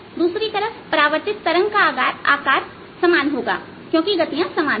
दूसरी तरफ परावर्तित तरंग का आकार समान होगा क्योंकि गतियां समान है